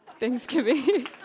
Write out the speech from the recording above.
Thanksgiving